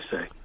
say